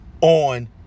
on